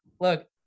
look